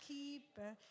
Keeper